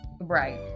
Right